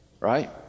Right